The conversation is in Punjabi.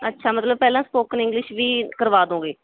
ਅੱਛਾ ਮਤਲਬ ਪਹਿਲਾਂ ਸਪੋਕਨ ਇੰਗਲਿਸ਼ ਵੀ ਕਰਵਾ ਦੋਗੇ